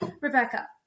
Rebecca